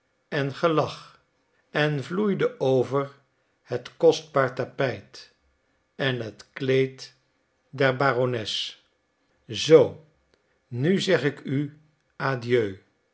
en gelach en vloeide over het kostbaar tapijt en het kleed der barones zoo nu zeg ik u adieu